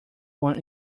one